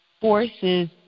forces